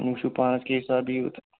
وۄںۍ وٕچھِو پانس کیٛاہ حِساب ییٖیِو تہٕ